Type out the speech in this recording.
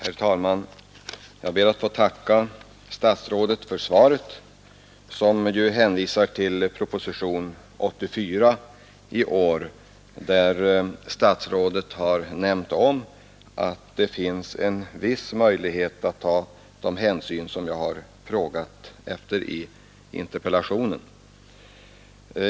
Herr talman! Jag ber att få tacka statsrådet för svaret. Statsrådet hänvisar till propositionen 84 i år, där det är omnämnt att det finns en viss möjlighet att ta de hänsyn som jag har frågat efter i interpellationen.